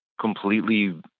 completely